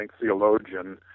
theologian